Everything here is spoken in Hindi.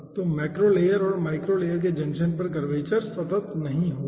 तो मैक्रो लेयर और माइक्रो लेयर के जंक्शन पर कर्वेचर सतत नहीं रहेगी